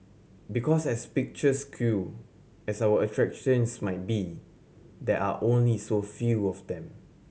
because as picturesque as our attractions might be there are only so few of them